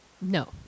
No